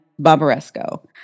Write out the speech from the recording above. Barbaresco